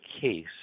case